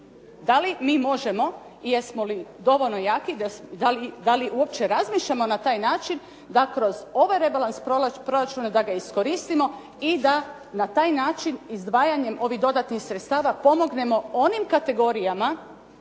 Da li mi možemo i jesmo li dovoljno jaki? Da li uopće razmišljamo na taj način da kroz ovaj rebalans proračuna da ga iskoristimo i da na taj način izdvajanjem ovih dodatnih sredstava pomognemo onim kategorijama